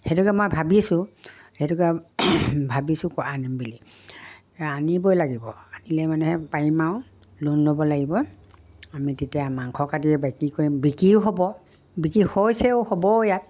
সেইটোকে মই ভাবিছোঁ সেইটোকে ভাবিছোঁ আনিম বুলি আনিবই লাগিব আনিলে মানেহে পাৰিম আৰু লোন ল'ব লাগিব আমি তেতিয়া মাংস কাটি বিক্ৰী কৰিম বিক্ৰীও হ'ব বিক্ৰী হৈছেও হ'ব ইয়াত